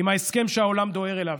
עם ההסכם שהעולם דוהר אליו?